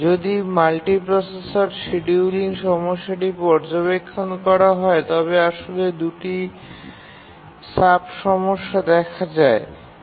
যদি multiprocessor scheduling সমস্যাটি ভালো পর্যবেক্ষণ করা হয় তাহলে ২ টি ছোট ছোট সমস্যা দেখা দিতে পারে